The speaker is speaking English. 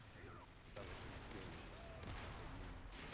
and they develop the skills that they need